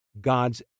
God's